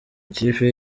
ikipe